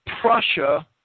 Prussia